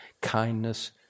kindness